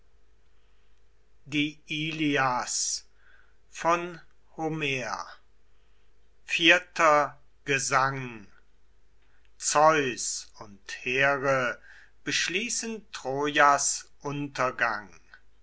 ihn alle achaier vierter gesang zeus und here beschließen trojas untergang